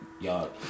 y'all